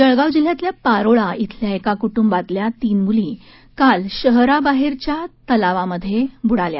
जळगाव जिल्ह्यातल्या पारोळा इथल्या एका कूटुंबातल्या तीन मुली काल शहराबाहेरच्या तलावामध्ये वाहून गेल्या